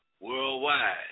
worldwide